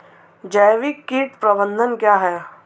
जैविक कीट प्रबंधन क्या है?